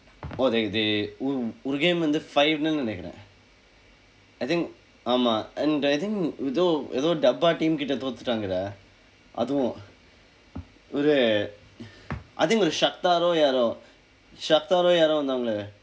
oh like they ஒரு ஒரு:oru oru game வந்து:vandthu five-nu நினைக்கிறேன்:ninaikkireen I think ஆமாம்:aamaam and I think ஏதோ ஏதோ:eetho eetho dabba team கிட்ட தொரத்து விட்டாங்க:kitda thoraththu vitdaangka dah அதுவும் ஒரு:athuvum oru I think ஒரு:oru oh யாரோ:yaaro oh யாரோ வந்தாங்க:yaaroo vandthaangka